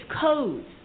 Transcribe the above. codes